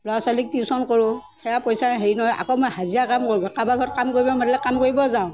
ল'ৰা ছোৱালীক টিউশ্যন কৰোঁ সেয়া পইচা হেৰি নহয় আকৌ মই হাজিৰা কাম কৰিব পাৰোঁ কাৰোবাৰ ঘৰত কাম কৰিব মাতিলে কাম কৰিব যাওঁ